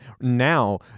now